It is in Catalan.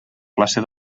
classe